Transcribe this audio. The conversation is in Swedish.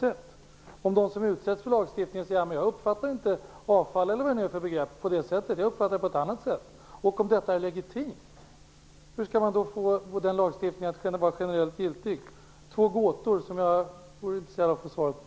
Tänk om den som utsätts för lagstiftningen säger att han eller hon inte uppfattade begreppet avfall på det sättet, utan på ett annat sätt. Är detta legitimt? Hur skall man få lagstiftningen att vara generellt giltig? Det är två gåtor som jag är intresserad av att få svar på.